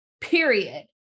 Period